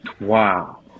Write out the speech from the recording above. Wow